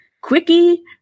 quickie